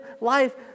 life